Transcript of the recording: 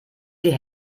die